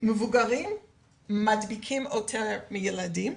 מבוגרים מדביקים יותר מילדים,